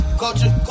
culture